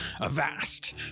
Avast